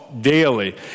Daily